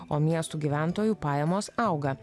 o miestų gyventojų pajamos auga